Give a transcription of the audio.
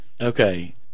Okay